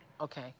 Okay